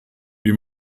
wie